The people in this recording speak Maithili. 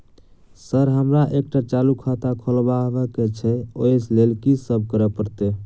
सर हमरा एकटा चालू खाता खोलबाबह केँ छै ओई लेल की सब करऽ परतै?